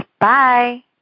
Bye